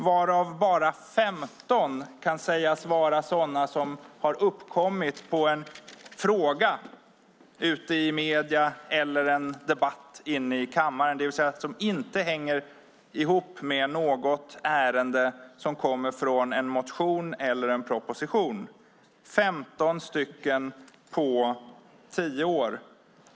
Endast 15 av dessa kan sägas vara sådana som uppkommit på grund av en fråga i medierna eller i en debatt i kammaren, det vill säga som inte hängt ihop med något ärende i en motion eller proposition - 15 sådana initiativ på tio år.